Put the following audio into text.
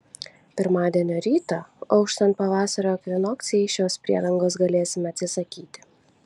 pirmadienio rytą auštant pavasario ekvinokcijai šios priedangos galėsime atsisakyti